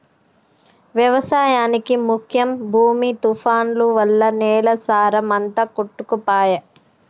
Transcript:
వ్యవసాయానికి ముఖ్యం భూమి తుఫాన్లు వల్ల నేల సారం అంత కొట్టుకపాయె